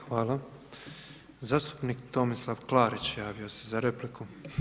Hvala, zastupnik Tomislav Klarić javio se za repliku.